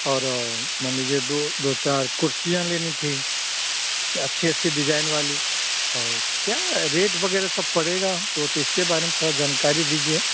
और मान लीजिए दो दो चार कुर्सियाँ लेनी थी अच्छी अच्छी डिजाइन वाली और क्या रेट वग़ैरह सब पड़ेगा वह तो इसके बारे में थोड़ी जानकारी दीजिए